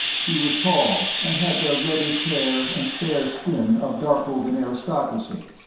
he was tall, and had the reddish hair and fair skin of darkovan aristocracy,